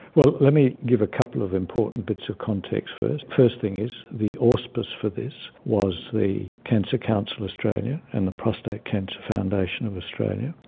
well, let me give a couple of important bits of context first. first thing is, the auspice for was the cancer council australia and the prostate cancer foundation of australia.